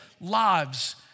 lives